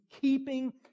keeping